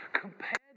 compared